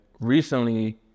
recently